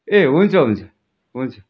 ए हुन्छ हुन्छ हुन्छ